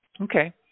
Okay